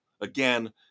again